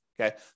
Okay